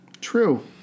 True